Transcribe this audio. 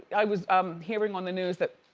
i was um hearing on the news that,